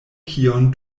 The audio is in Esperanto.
kion